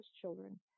children